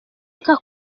nka